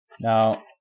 Now